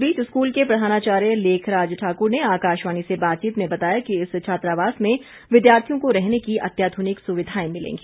इस बीच स्कूल के प्रधानाचार्य लेखराज ठाकुर ने आकाशवाणी से बातचीत में बताया कि इस छात्रावास में विद्यार्थियों को रहने की अत्याधुनिक सुविधाएं मिलेंगी